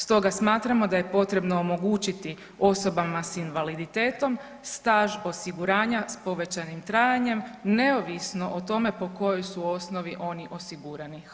Stoga smatramo da je potrebno omogućiti osobama s invaliditetom staž osiguranja s povećanim trajanjem neovisno o tome po kojoj su osnovi oni osigurani.